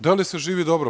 Da li se živi dobro?